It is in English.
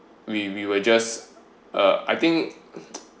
we we were just uh I think